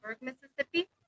mississippi